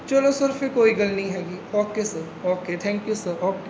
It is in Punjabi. ਚੱਲੋ ਸਰ ਫਿਰ ਕੋਈ ਗੱਲ ਨਹੀਂ ਹੈਗੀ okay sir okay thank you sir okay